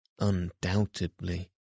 undoubtedly